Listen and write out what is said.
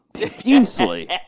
profusely